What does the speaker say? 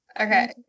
Okay